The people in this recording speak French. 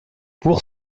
pour